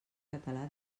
català